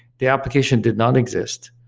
the application did not exist.